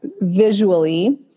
visually